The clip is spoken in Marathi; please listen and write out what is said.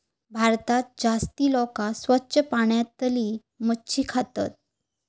भारतात जास्ती लोका स्वच्छ पाण्यातली मच्छी खातत